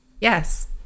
yes